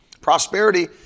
Prosperity